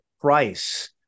price